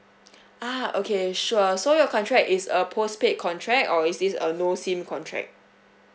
ah okay sure so your contract is uh postpaid contract or is this a no SIM contract